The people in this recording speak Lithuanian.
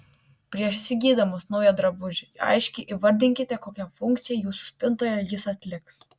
prieš įsigydamos naują drabužį aiškiai įvardinkite kokią funkciją jūsų spintoje jis atliks